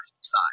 side